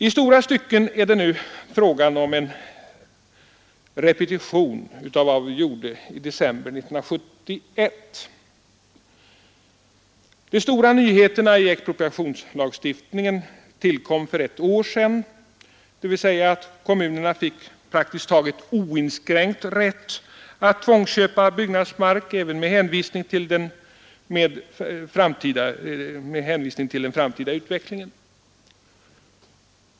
I stora stycken är det nu fråga om en repetition av vad vi gjorde i december 1971. De stora nyheterna i expropriationslagstiftningen tillkom för ett år sedan; kommunerna fick då praktiskt taget oinskränkt rätt att tvångsköpa byggnadsmark med hänvisning till den framtida utvecklingen.